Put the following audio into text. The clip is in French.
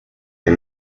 les